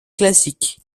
classic